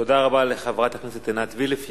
תודה רבה לחברת הכנסת עינת וילף.